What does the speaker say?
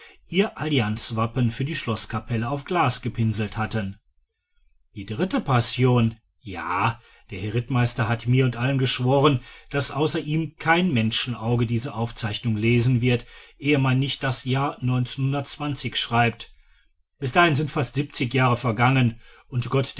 ihr allianzwappen für die schloßkapelle auf glas gepinselt hatten die dritte passion ja der herr rittmeister hat mir und allen geschworen daß außer ihm kein menschenauge diese aufzeichnungen lesen wird ehe man nicht das jahr schreibt bis dahin sind fast siebzig jahre vergangen und